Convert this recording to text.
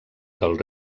del